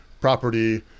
property